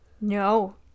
No